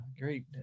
great